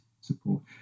support